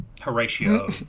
Horatio